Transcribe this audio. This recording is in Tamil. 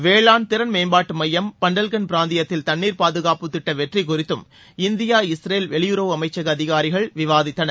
வேளாண் திறன் மேம்பாட்டு மையம் பண்டல்கள்ட் பிராந்தியத்தில் தண்ணீர் பாதுகாப்பு திட்ட வெற்றி குறித்தும் இந்தியா இஸ்ரேல் வெளியுறவு அமைச்சக அதிகாரிகள் விவாதித்தனர்